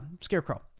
Scarecrow